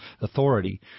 authority